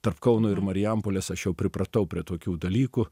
tarp kauno ir marijampolės aš jau pripratau prie tokių dalykų